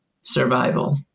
survival